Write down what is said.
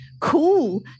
cool